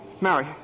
Mary